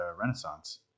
Renaissance